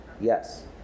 Yes